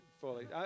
fully